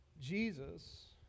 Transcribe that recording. Jesus